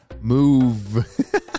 Move